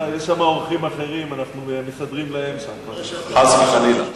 יש שם אורחים אחרים, אנחנו מסדרים להם, חס וחלילה.